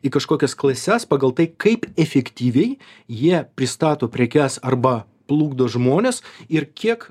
į kažkokias klases pagal tai kaip efektyviai jie pristato prekes arba plukdo žmones ir kiek